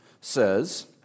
says